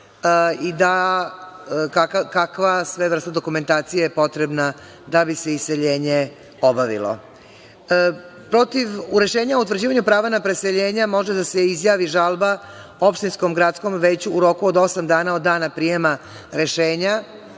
i kakva sve vrsta dokumentacije je potrebna da bi se iseljenje obavilo.„Protiv rešenja o utvrđivanju prava na preseljenja može da se izjavi žalba opštinskom gradskom veću u roku od osam dana od dana prijema rešenja“